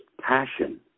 passion